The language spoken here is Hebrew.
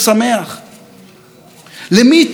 או למי טובה משטרה חלשה?